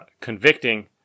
convicting